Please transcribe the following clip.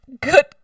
Good